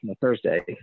Thursday